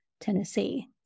Tennessee